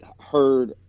heard